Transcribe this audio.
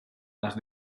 las